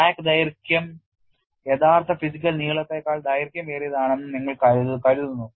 crack ദൈർഘ്യം യഥാർത്ഥ physical നീളത്തേക്കാൾ ദൈർഘ്യമേറിയതാണെന്ന് നിങ്ങൾ കരുതുന്നു